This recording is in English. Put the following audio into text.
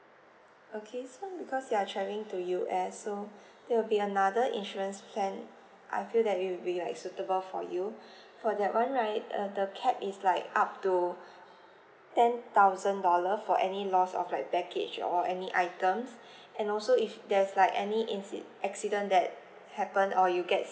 okay so because you are travelling to U_S so there will be another insurance plan I feel that it will be like suitable for you for that one right uh the cap is like up to ten thousand dollar for any loss of like package or any items and also if there's like any inci~ accident that happen or you get